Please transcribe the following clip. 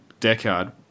Deckard